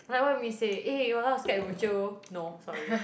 like what me say eh !walao! Skype bo-jio no sorry